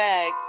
Bag